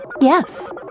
Yes